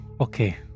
Okay